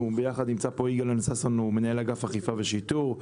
נמצא פה אילן ששון, הוא מנהל אגף אכיפה ושיטור,